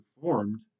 formed